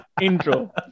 Intro